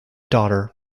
daughter